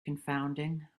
confounding